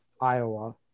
Iowa